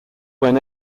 when